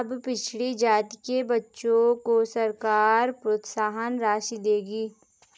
अब पिछड़ी जाति के बच्चों को सरकार प्रोत्साहन राशि देगी